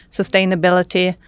sustainability